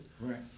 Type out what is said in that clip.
Right